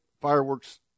fireworks